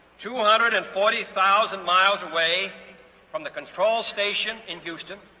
two hundred and forty thousand miles away from the control station in houston,